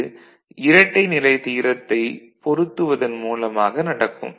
அது இரட்டைநிலைத் தியரத்தைப் பொருத்துவதன் மூலமாக நடக்கும்